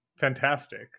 fantastic